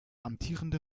amtierende